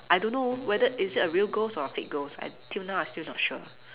I don't know whether is it a real ghost or a fake ghost I till now I still not sure